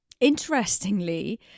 interestingly